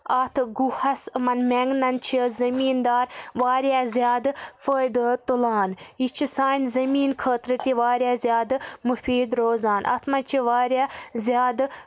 اَتھ گُہَس یِمَن مٮ۪نٛگنَن چھِ زمیٖندار واریاہ زیادٕ فٲیدٕ تُلان یہِ چھِ سانہِ زمیٖن خٲطرٕ تہِ واریاہ زیادٕ مُفیٖد روزان اَتھ منٛز چھِ واریاہ زیادٕ